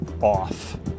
off